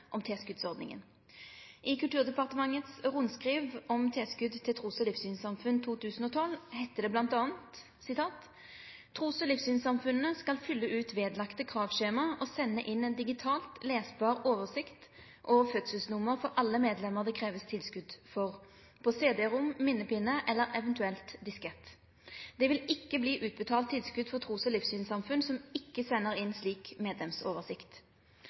om tilskottsordninga. I Kulturdepartementet sitt rundskriv om tilskott til trus- og livssynssamfunn 2012 heiter det m.a.: «Tros- og livssynssamfunnene skal fylle ut vedlagte kravskjema og sende inn en digitalt lesbar oversikt over fødselsnummer for alle medlemmer det kreves tilskudd for på CD-ROM, minnepinne eller eventuelt diskett. Det vil ikke bli utbetalt tilskudd til tros- og livssynssamfunn som ikke sender inn slik medlemsoversikt.